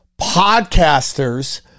podcasters